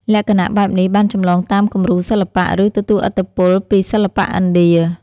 លក្ខណៈបែបនេះបានចម្លងតាមគំរូសិល្បៈ ឬទទួលឥទ្ធិពលពីសិល្បៈឥណ្ឌា។